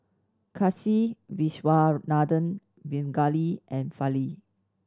Kasiviswanathan Pingali and Fali